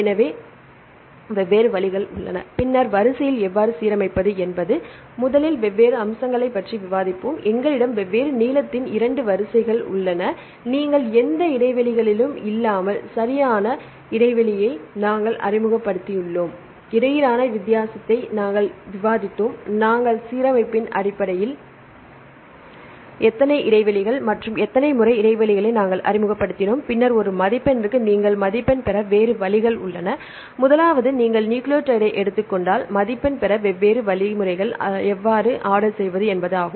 எனவே வெவ்வேறு வழிகள் உள்ளன பின்னர் வரிசைகளை எவ்வாறு சீரமைப்பது என்பது முதலில் வெவ்வேறு அம்சங்களைப் பற்றி விவாதிப்போம் எங்களிடம் வெவ்வேறு நீளத்தின் 2 வரிசைகள் உள்ளன நீங்கள் எந்த இடைவெளிகளும் இல்லாமல் வரிசைப்படுத்தலாம் மற்றும் இரண்டாவது அம்சம் வெவ்வேறு இடங்களில் சரியான இடைவெளியை நாங்கள் அறிமுகப்படுத்தினோம் மூன்றாவது தோற்றம் மற்றும் இடைவெளி அபராதம் ஆகியவற்றுக்கு இடையிலான வித்தியாசத்தை நாங்கள் விவாதித்தோம் நாங்கள் சீரமைத்ததன் அடிப்படையில் எத்தனை இடைவெளிகள் மற்றும் எத்தனை முறை இடைவெளிகளை நாங்கள் அறிமுகப்படுத்தினோம் பின்னர் ஒரு மதிப்பெண்ணுக்கு நீங்கள் மதிப்பெண் பெற வேறு வழிகள் உள்ளன முதலாவது நீங்கள் நியூக்ளியோடைடை எடுத்துக் கொண்டால் மதிப்பெண் பெற வெவ்வேறு வழிகளை எவ்வாறு ஆர்டர் செய்வது என்பது ஆகும்